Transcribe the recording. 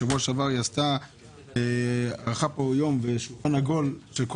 בשבוע שעבר היא ערכה פה שולחן עגול עם כל